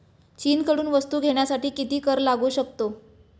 चीनकडून वस्तू घेण्यासाठी किती कर लागू असतो?